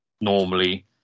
normally